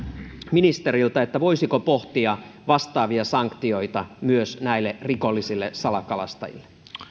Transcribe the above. ministeriltä voisiko pohtia vastaavia sanktioita myös rikollisille salakalastajille arvoisa